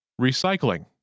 Recycling